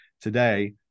today